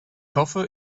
hoffe